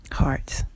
hearts